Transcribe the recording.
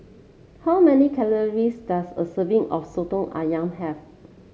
how many calories does a serving of soto ayam have